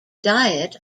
diet